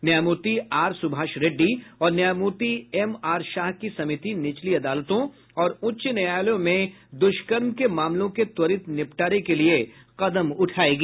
न्यायमूर्ति आरसुभाष रेड्डी और न्यायमूर्ति एमआर शाह की समिति निचली अदालतों और उच्च न्यायालयों में दुष्कर्म के मामलों के त्वरित निपटारे के लिये कदम उठायेगी